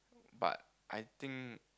but I think